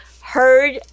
heard